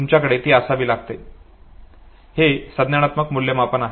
तुमच्याकडे ती असावी हे संज्ञानात्मक मूल्यांकन आहे